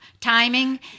timing